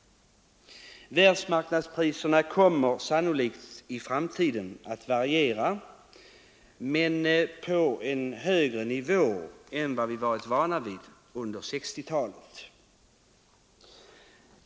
Världsmarknadspriserna kommer sannolikt i framtiden att variera, men på en högre nivå än den vi varit vana vid under 1960-talet.